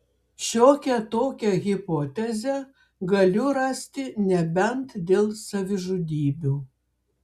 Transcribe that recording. šiokią tokią hipotezę galiu rasti nebent dėl savižudybių